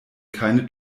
keine